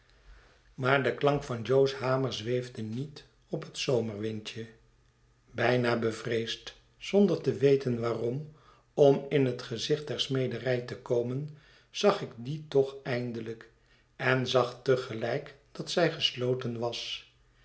maar de klank van jo's hamer zweefde niet op het zomerwindje bijna bevreesd zonder te weten waarom om in het gezicht der smederij te komen zag ik die toch eindelijk en zagte gehjk dat zij gesloten was